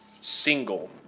single